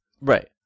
Right